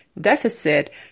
deficit